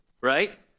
right